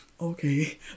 okay